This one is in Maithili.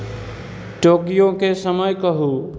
टोक्योके समय कहू